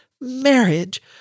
marriage